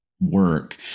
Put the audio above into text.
work